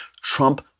Trump